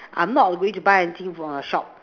I'm not going to buy anything from your shop